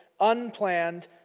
unplanned